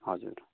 हजुर